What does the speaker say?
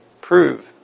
prove